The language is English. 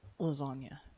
Lasagna